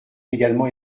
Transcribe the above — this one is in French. également